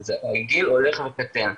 הגיל הולך וקטן.